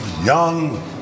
young